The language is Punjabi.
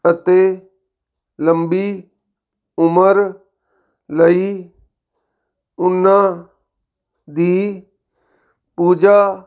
ਅਤੇ ਲੰਬੀ ਉਮਰ ਲਈ ਉਨ੍ਹਾਂ ਦੀ ਪੂਜਾ